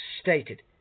stated